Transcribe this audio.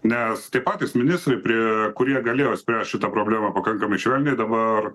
nes tie patys ministrai prie kurie galėjo spręst šitą problemą pakankamai švelniai dabar